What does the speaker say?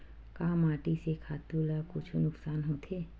का माटी से खातु ला कुछु नुकसान होथे?